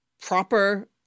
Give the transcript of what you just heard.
Proper